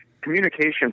communication